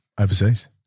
overseas